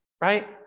right